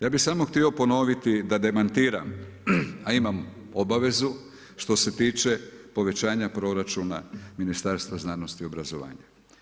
Ja bih samo htio ponoviti da demantiram a imam obavezu što se tiče povećanja proračuna Ministarstva znanosti i obrazovanja.